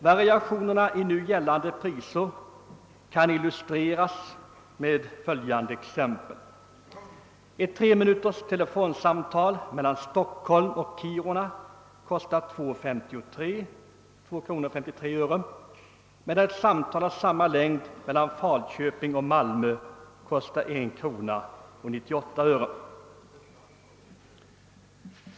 Variationerna i gällande priser kan illustreras med följande exempel. Ett samtal på tre minuter mellan Stockholm och Kiruna kostar 2:53 kr. medan ett samtal av samma tidslängd mellan Falköping och Malmö kostar 1:98 kr.